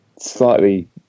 slightly